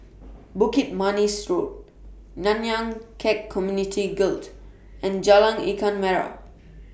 Bukit Manis Road Nanyang Khek Community Guild and Jalan Ikan Merah